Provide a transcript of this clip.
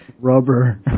Rubber